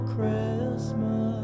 Christmas